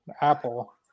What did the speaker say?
Apple